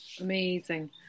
amazing